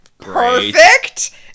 perfect